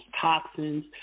toxins